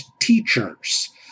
teachers